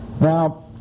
Now